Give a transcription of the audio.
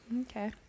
Okay